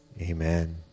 amen